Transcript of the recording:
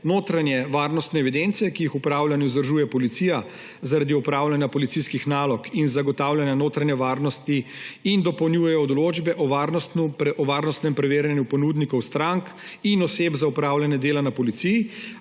varnostne evidence, ki jih v upravljanju vzdržuje policija zaradi opravljanja policijskih nalog in zagotavljanja notranje varnosti, in dopolnjujejo določbe o varnostnem preverjanju ponudnikov, strank in oseb za opravljanje dela na policiji